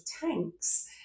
tanks